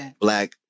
black